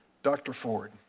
dr. ford,